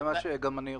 זה מה שגם אני עושה.